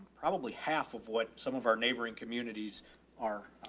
probably half of what some of our neighboring communities are.